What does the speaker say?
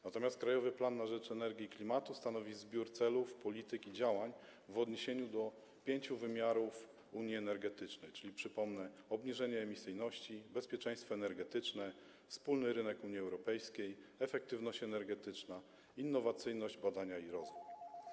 Natomiast krajowy plan na rzecz energii i klimatu stanowi zbiór celów polityki działań w odniesieniu do pięciu wymiarów unii energetycznej, czyli, przypomnę: obniżenie emisyjności, bezpieczeństwo energetyczne, wspólny rynek Unii Europejskiej, efektywność energetyczna, innowacyjność, badania i rozwój.